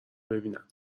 ببینم